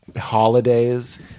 holidays